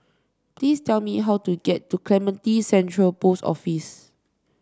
please tell me how to get to Clementi Central Post Office